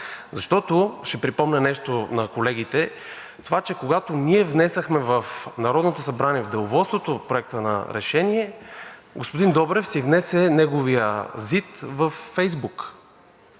защото, ще припомня нещо на колегите – това, че когато ние внесохме в Народното събрание, в Деловодството, Проекта на решение, господин Добрев си внесе неговия ЗИД във Фейсбук